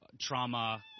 trauma